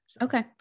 Okay